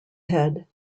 head